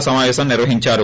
సమాపేశం నిర్వహించారు